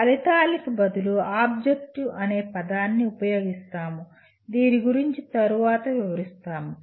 ఫలితానికి బదులుగా ఆబ్జెక్టివ్ అనే పదాన్ని ఉపయోగిస్తాముదీని గురించి తరువాత వివరిస్తాము